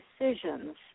decisions